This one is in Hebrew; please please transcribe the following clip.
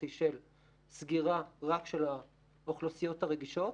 של סגירה רק של האוכלוסיות הרגישות.